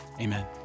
amen